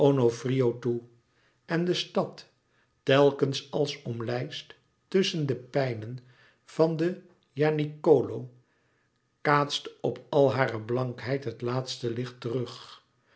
toe en de stad telkens als omlijst tusschen de pijnen van den janicolo kaatste op al hare blankheid het laatste licht terug